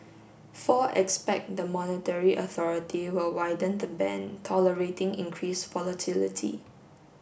four expect the monetary authority will widen the band tolerating increased volatility